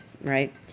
right